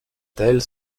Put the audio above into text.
tels